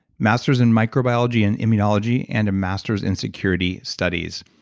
master's in microbiology and immunology and a master's in security studies,